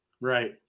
Right